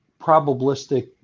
probabilistic